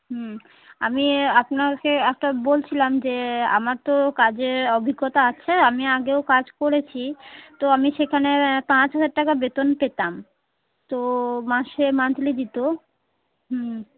হুম আমি আপনাকে একটা বলছিলাম যে আমার তো কাজের অভিজ্ঞতা আছে আমি আগেও কাজ করেছি তো আমি সেখানে পাঁচ হাজার টাকা বেতন পেতাম তো মাসে মান্থলি দিতো হুম